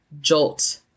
jolt